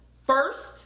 first